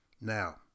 Now